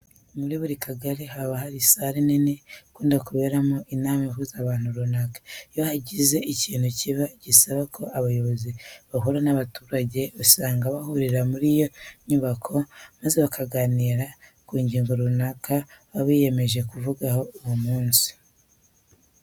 Muri buri kagari haba hari sare nini ikunda kuberamo inama ihuza abantu runaka. Iyo hagize ikintu kiba gisaba ko abayobozi bahura n'abaturage usanga bahurira muri iyi nyubako maze bakaganira ku ngingo runaka baba biyemeje kuvugaho uwo munsi.